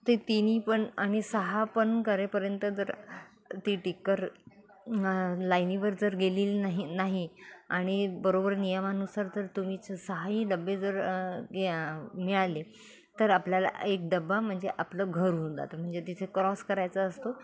ते तिन्ही पण आणि सहापण करेपर्यंत जर ती टिकर लाईनीवर जर गेलेली नाही नाही आणि बरोबर नियमानुसार जर तुम्हीच सहाही डबे जर घ्या मिळाले तर आपल्याला एक डबा म्हणजे आपलं घर होऊन जातं म्हणजे तिथे क्रॉस करायचा असतो